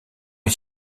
est